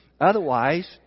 Otherwise